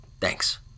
Thanks